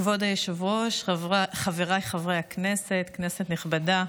כבוד היושב-ראש, חבריי חברי הכנסת, כנסת נכבדה,